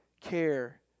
care